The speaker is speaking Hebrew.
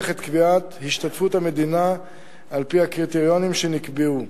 את קביעת השתתפות המדינה על-פי הקריטריונים שנקבעו.